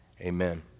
Amen